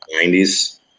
90s